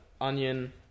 onion